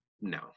No